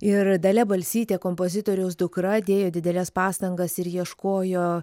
ir dalia balsytė kompozitoriaus dukra dėjo dideles pastangas ir ieškojo